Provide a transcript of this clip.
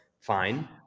fine